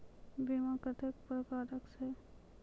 बीमा कत्तेक प्रकारक छै?